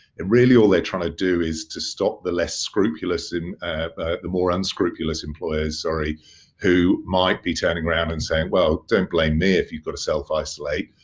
and really all they're trying to do is to stop the less scrupulous. and the more unscrupulous employers, sorry, who might be turning around and saying, well, don't blame me if you got to self-isolate.